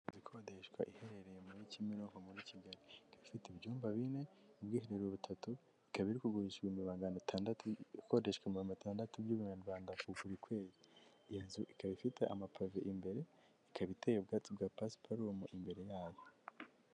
Inzu ikodeshwa iherereye muri Kimironko muri Kigali ifite ibyumba bine, ubwiherero butatu ikaba iri kugurishwa ibihumbi magana atandatu, ikoreshwa ibihumbi magana atandatu by'amanyarwanda ya buri kwezi, iyi nzu ikaba ifite amapavi imbere ikaba iteyeho ubwatsi bwa pasiparumu imbere yayo.